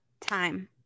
time